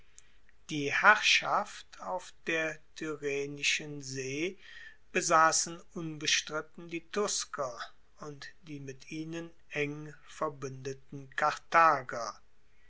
die herrschaft auf der tyrrhenischen see besassen unbestritten die tusker und die mit ihnen eng verbuendeten karthager